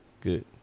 good